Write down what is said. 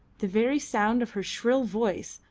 the very sound of her shrill voice,